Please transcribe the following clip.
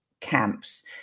Camps